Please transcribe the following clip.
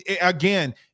again